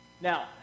Now